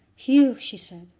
hugh, she said,